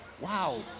wow